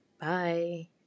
Bye